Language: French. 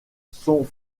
son